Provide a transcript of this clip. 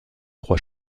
trois